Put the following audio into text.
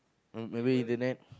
um maybe internet